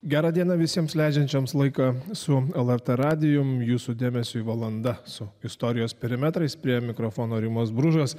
gera diena visiems leidžiančioms laiką su lrt radijum jūsų dėmesiui valanda su istorijos perimetrais prie mikrofono rimas bružas